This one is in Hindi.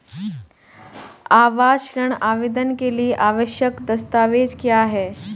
आवास ऋण आवेदन के लिए आवश्यक दस्तावेज़ क्या हैं?